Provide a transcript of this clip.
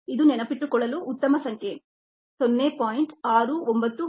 ಇದು ನೆನಪಿಟ್ಟುಕೊಳ್ಳಲು ಉತ್ತಮ ಸಂಖ್ಯೆ 0